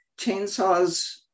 chainsaws